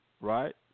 right